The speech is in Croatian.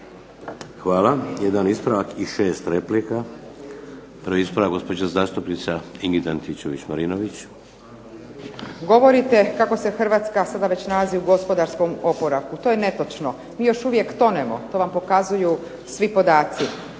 Hvala. Jedan ispravak i 6 replika. Prvi ispravak gospođa zastupnica Ingrid Antičeviće Marinović. **Antičević Marinović, Ingrid (SDP)** Govorite kako se Hrvatska sada već nalazi u gospodarskom oporavku. To je netočno. Mi još uvijek tonemo. To vam pokazuju svi podaci.